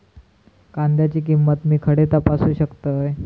कांद्याची किंमत मी खडे तपासू शकतय?